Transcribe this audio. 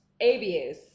ABS